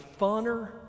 funner